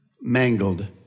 mangled